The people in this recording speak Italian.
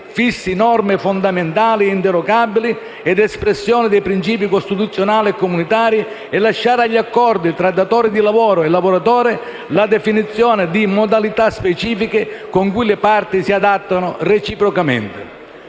fissi norme fondamentali e inderogabili, ed espressione dei principi costituzionali e comunitari, e lasciare agli accordi tra datore di lavoro e lavoratore la definizione di modalità specifiche con cui le parti si adattano reciprocamente.